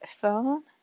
phone